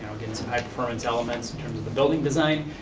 again, some high performance elements in terms of the building design,